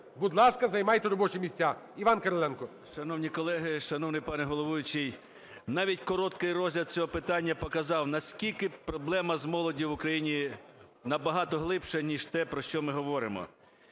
Будь ласка, займайте робочі місця. Іван Кириленко. 13:59:32 КИРИЛЕНКО І.Г. Шановні колеги, шановний пане головуючий, навіть короткий розгляд цього питання показав, наскільки проблема з молоддю в Україні набагато глибша, ніж те, про що ми говоримо.